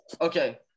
Okay